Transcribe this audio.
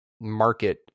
market